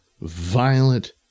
violent